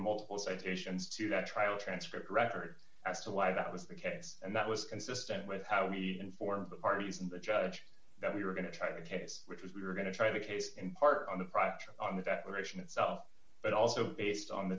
multiple citations to that trial transcript record as to why that was the case and that was consistent with how we informed the parties and the judge that we were going to try the case which is we're going to try the case in part on the price on the declaration itself but also based on the